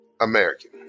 American